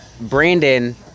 Brandon